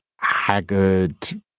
haggard